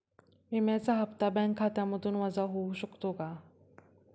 विम्याचा हप्ता बँक खात्यामधून वजा होऊ शकतो का?